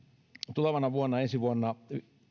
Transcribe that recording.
tulevana vuonna ensi vuonna